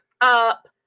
up